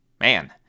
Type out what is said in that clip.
man